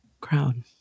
crowd